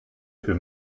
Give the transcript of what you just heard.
für